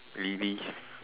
Lily